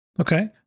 Okay